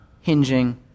hinging